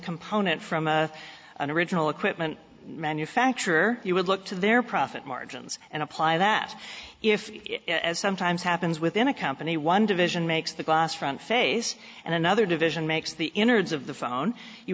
component from a and original equipment manufacturer you would look to their profit margins and apply that if as sometimes happens within a company one division makes the glass front face and another division makes the innards of the phone you